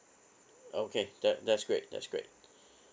okay that that's great that's great